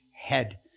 head